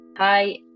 Hi